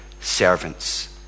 servants